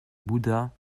bouddha